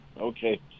okay